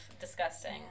disgusting